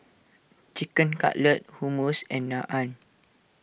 Chicken Cutlet Hummus and Naan